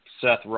Seth